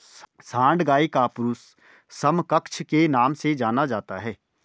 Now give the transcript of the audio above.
सांड गाय का पुरुष समकक्ष के नाम से जाना जाता है